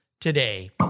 today